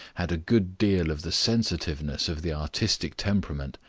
had a good deal of the sensitiveness of the artistic temperament,